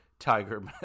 tiger